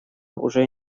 уже